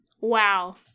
Wow